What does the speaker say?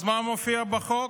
אז מה מופיע בחוק?